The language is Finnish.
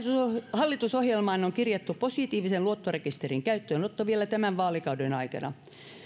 hallitusohjelmaan on on kirjattu positiivisen luottorekisterin käyttöönotto vielä tämän vaalikauden aikana